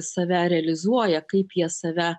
save realizuoja kaip jie save